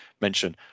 mention